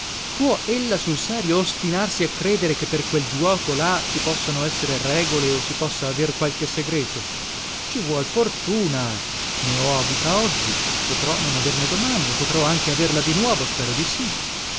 può ella sul serio ostinarsi a credere che per quel giuoco là ci possano esser regole o si possa aver qualche segreto ci vuol fortuna ne ho avuta oggi potrò non averne domani o potrò anche averla di nuovo spero di sì